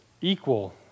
equal